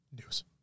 news